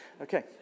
Okay